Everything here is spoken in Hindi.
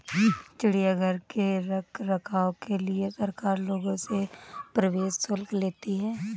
चिड़ियाघर के रख रखाव के लिए सरकार लोगों से प्रवेश शुल्क लेती है